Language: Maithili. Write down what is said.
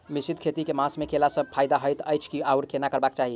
मिश्रित खेती केँ मास मे कैला सँ फायदा हएत अछि आओर केना करबाक चाहि?